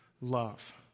love